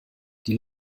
die